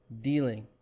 dealing